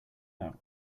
out